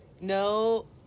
no